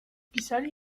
pisali